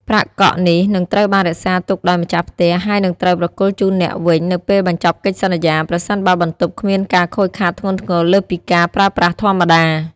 ប្រាក់កក់នេះនឹងត្រូវបានរក្សាទុកដោយម្ចាស់ផ្ទះ ហើយនឹងត្រូវប្រគល់ជូនអ្នកវិញនៅពេលបញ្ចប់កិច្ចសន្យា ប្រសិនបើបន្ទប់គ្មានការខូចខាតធ្ងន់ធ្ងរលើសពីការប្រើប្រាស់ធម្មតា។